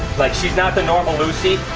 but, she's not the normal lucy,